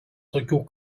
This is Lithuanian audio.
tokių